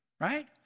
right